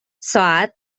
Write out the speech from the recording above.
ساعت